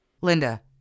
Linda